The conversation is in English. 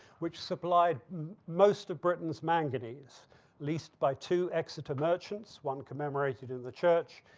which supplied most of britain's manganese least by two exeter merchants, one commemorated in the church,